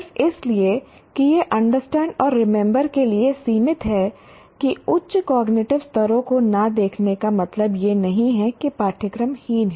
सिर्फ इसलिए कि यह अंडरस्टैंड और रिमेंबर के लिए सीमित है कि उच्च कॉग्निटिव स्तरों को न देखने का मतलब यह नहीं है कि पाठ्यक्रम हीन है